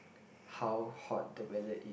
how hot the weather it